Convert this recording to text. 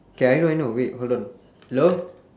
okay I know I know wait hold on hello